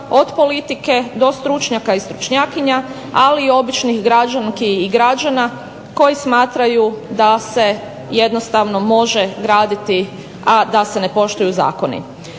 od politike do stručnjaka i stručnjaka ali i običnih građanki i građana koji smatraju da se jednostavno može graditi, a da se ne poštuju zakoni.